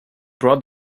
brought